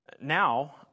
now